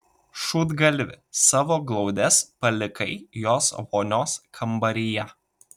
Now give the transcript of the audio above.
šūdgalvi savo glaudes palikai jos vonios kambaryje